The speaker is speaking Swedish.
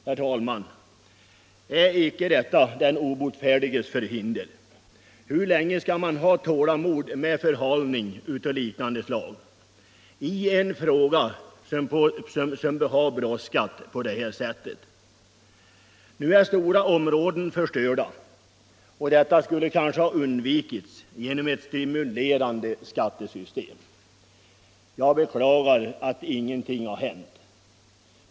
Herr talman! Är icke detta den obotfärdiges förhinder? Hur länge skall man ha tålamod med förhalningar av detta slag i en fråga som brådskat såsom denna? Nu är stora områden förstörda. Detta skulle kanske ha kunnat undvikas genom ett stimulerande skattesystem. Jag beklagar att ingenting har hänt.